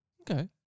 okay